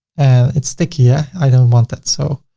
and it's sticky, yeah i don't want that. so,